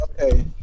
Okay